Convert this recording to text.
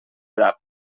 drap